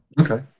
Okay